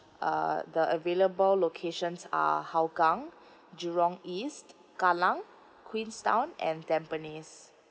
uh the available locations are hougang jurong east kallang queenstown and tampines